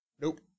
Nope